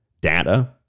data